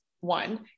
One